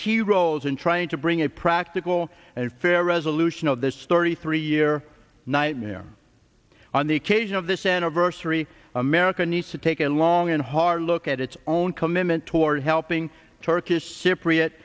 key roles in trying to bring a practical and fair resolution of this story three year nightmare on the occasion of this anniversary america needs to take a long and hard look at its own commitment toward helping turkish cypriot